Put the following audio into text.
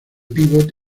pívot